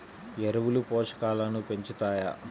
ఎరువులు పోషకాలను పెంచుతాయా?